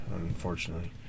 unfortunately